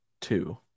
two